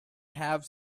have